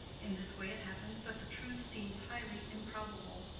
in this way it happens that the truth seems highly improbable.